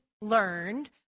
learned